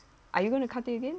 are you going to cut it again